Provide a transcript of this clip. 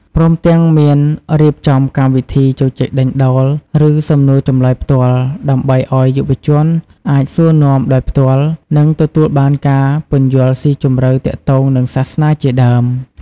ព្រមទាំង មានរៀបចំកម្មវិធីជជែកដេញដោល ឬសំណួរចម្លើយផ្ទាល់ ដើម្បីឱ្យយុវជនអាចសួរនាំដោយផ្ទាល់ និងទទួលបានការពន្យល់ស៊ីជម្រៅទាក់ទងនិងសាសនាជាដើម។